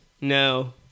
No